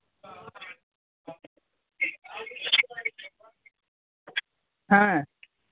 হ্যাঁ